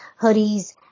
hoodies